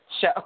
show